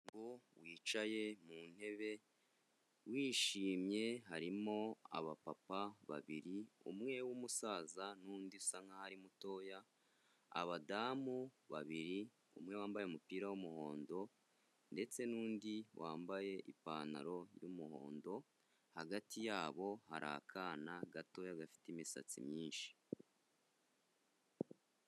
Umugabo wicaye mu ntebe wishimye harimo abapapa babiri, umwe w'umusaza n'undi usa nkaho ari mutoya, abadamu babiri umwe wambaye umupira w'umuhondo ndetse n'undi wambaye ipantaro y'umuhondo, hagati yabo hari akana gatoya gafite imisatsi myinshi.